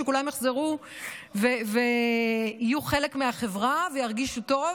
שכולם יחזרו ויהיו חלק מהחברה וירגישו טוב,